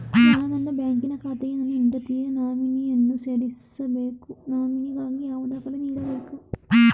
ನಾನು ನನ್ನ ಬ್ಯಾಂಕಿನ ಖಾತೆಗೆ ನನ್ನ ಹೆಂಡತಿಯ ನಾಮಿನಿಯನ್ನು ಸೇರಿಸಬೇಕು ನಾಮಿನಿಗಾಗಿ ಯಾವ ದಾಖಲೆ ನೀಡಬೇಕು?